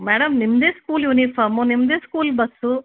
madam ನಿಮ್ಮದೇ school uniform ನಿಮ್ಮದೇ school bus